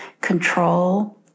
control